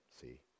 see